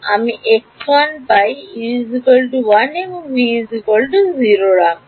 আমি x1 পাই u 1 v 0 রাখুন